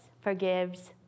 forgives